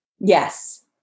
Yes